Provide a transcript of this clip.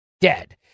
dead